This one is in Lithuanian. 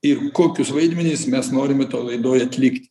ir kokius vaidmenis mes norime toj laidoj atlikti